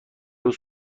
روز